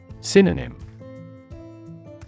Synonym